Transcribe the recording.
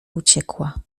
uciekła